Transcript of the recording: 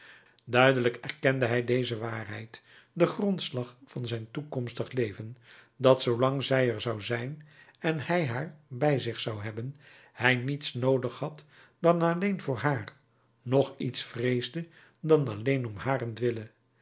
duidelijk erkende hij deze waarheid den grondslag van zijn toekomstig leven dat zoolang zij er zou zijn en hij haar bij zich zou hebben hij niets noodig had dan alleen voor haar noch iets vreesde dan alleen om